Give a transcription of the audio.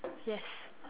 yes